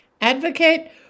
advocate